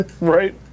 Right